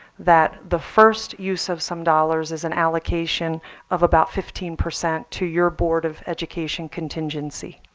that the first use of some dollars is an allocation of about fifteen percent to your board of education contingency.